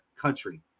country